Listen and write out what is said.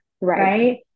right